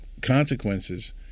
consequences